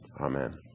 Amen